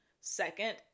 second